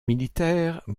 militaires